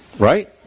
right